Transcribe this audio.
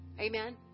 Amen